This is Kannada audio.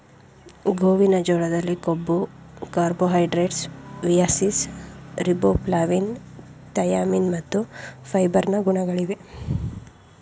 ಗೋವಿನ ಜೋಳದಲ್ಲಿ ಕೊಬ್ಬು, ಕಾರ್ಬೋಹೈಡ್ರೇಟ್ಸ್, ಮಿಯಾಸಿಸ್, ರಿಬೋಫ್ಲಾವಿನ್, ಥಯಾಮಿನ್ ಮತ್ತು ಫೈಬರ್ ನ ಗುಣಗಳಿವೆ